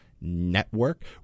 Network